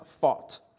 fought